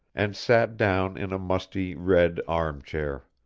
and sat down in a musty red arm-chair.